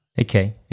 Okay